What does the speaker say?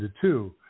two